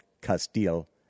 Castile